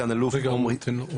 גם מאמץ שטחי האש.